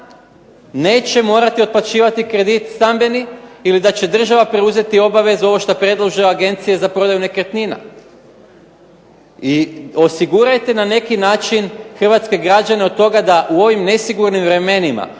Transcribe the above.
neće morati otplaćivati kredit stambeni ili da će država preuzeti obavezu ovo što predlažu agencije za prodaju nekretnina. I osigurajte na neki način hrvatske građane od toga da u ovim nesigurnim vremenima